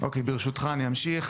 לבטיחות